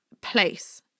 place